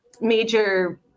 major